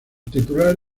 titular